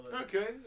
Okay